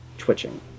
twitching